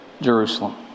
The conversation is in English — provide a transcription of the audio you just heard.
Jerusalem